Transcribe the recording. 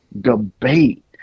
debate